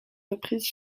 reprises